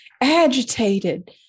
agitated